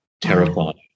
terrifying